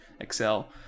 Excel